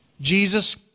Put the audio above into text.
Jesus